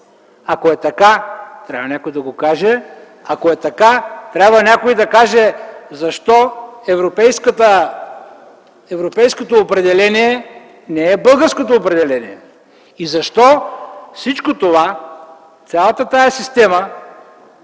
Ако е така, трябва някой да го каже. Ако е така, някой трябва да каже защо европейското определение не е българското определение и защо всичко това, цялата тази система